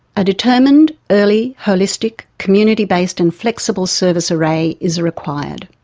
a determined early, holistic, community based and flexible service array is required.